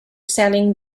selling